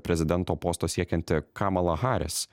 prezidento posto siekianti kamala harris